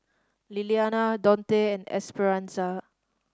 Lillianna Donte and Esperanza